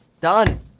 Done